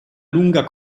lunga